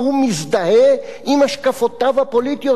והוא מזדהה עם השקפותיו הפוליטיות.